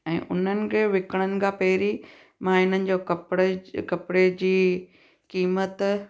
ऐं उन्हनि खे विकिणण खां पहिरीं मां इन्हनि जो कपिड़े कपिड़े जी क़ीमत